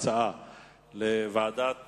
ההצעה לוועדת